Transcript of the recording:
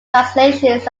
translations